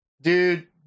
dude